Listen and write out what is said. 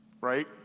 Right